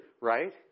Right